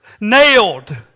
nailed